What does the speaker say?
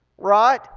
Right